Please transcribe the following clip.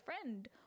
friend